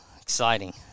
exciting